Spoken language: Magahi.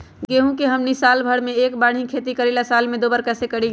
गेंहू के हमनी साल भर मे एक बार ही खेती करीला साल में दो बार कैसे करी?